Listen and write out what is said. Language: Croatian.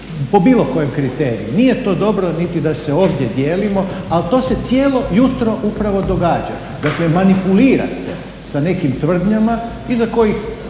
po bilo kojem kriteriju, nije to dobro niti da se ovdje dijelimo, a to se cijelo jutro upravo događa. Dakle, manipulira se s nekim tvrdnjama iza kojih